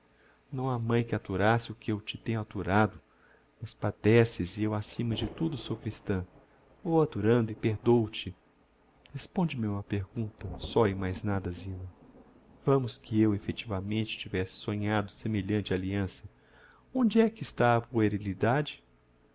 não ha mãe que aturasse o que eu te tenho aturado mas padeces e eu acima de tudo sou christã vou aturando e perdôo-te responde me a uma pergunta só e mais nada zina vamos que eu effectivamente tivesse sonhado semelhante alliança onde é que está